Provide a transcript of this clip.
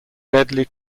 deadly